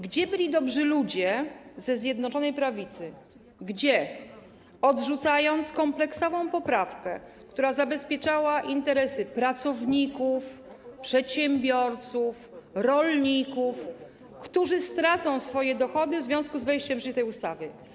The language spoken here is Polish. Gdzie byli dobrzy ludzie ze Zjednoczonej Prawicy, gdy odrzucano kompleksową poprawkę, która zabezpieczała interesy pracowników, przedsiębiorców, rolników, którzy stracą swoje dochody w związku z wejściem w życie tej ustawy?